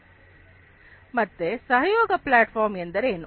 ಮತ್ತೆ collaborative platform ಎಂದರೇನು